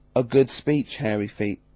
a good speech, hairy feet,